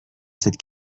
cette